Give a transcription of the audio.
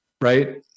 right